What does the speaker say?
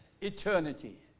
Eternity